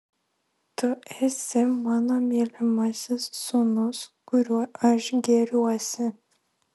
tu esi mano mylimasis sūnus kuriuo aš gėriuosi